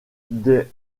des